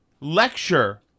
lecture